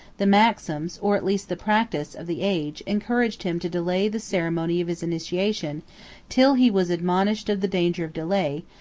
the maxims, or at least the practice, of the age, encouraged him to delay the ceremony of his initiation till he was admonished of the danger of delay,